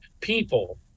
people